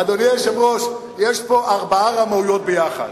אדוני היושב-ראש, יש פה ארבע רמאויות ביחד: